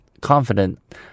confident